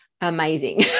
amazing